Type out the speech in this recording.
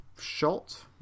shot